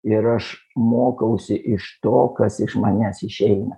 ir aš mokausi iš to kas iš manęs išeina